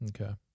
okay